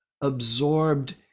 absorbed